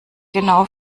genau